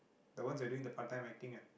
the ones that doing the part time acting ah